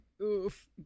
Oof